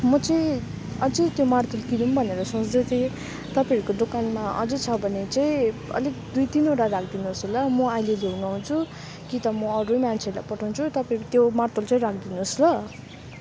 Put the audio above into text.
म चाहिँ अझै त्यो मार्तोल किनौँ भनेर सोच्दै थिएँ तपाईँहरूको दोकानमा अझै छ भने चाहिँ अलिक दुई तिनवटा राखिदिनुहोस् ल म अहिले लिनु आउँछु कि त म अरू मान्छेहरूलाई पठाउँछु तपाईँको त्यो मार्तोल चाहिँ राखिदिहोस् ल